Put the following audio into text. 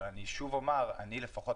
אני שוב אומר שאני לפחות,